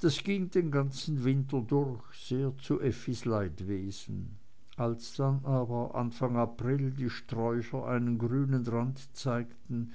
das ging so den ganzen winter durch sehr zu effis leidwesen als dann aber anfang april die sträucher einen grünen rand zeigten